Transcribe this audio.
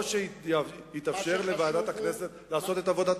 או שיתאפשר לוועדת הכנסת לעשות את עבודתה.